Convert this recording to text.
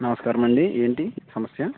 నమస్కారం అండీ ఏంటి సమస్య